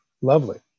Lovely